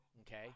Okay